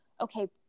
okay